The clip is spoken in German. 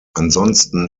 ansonsten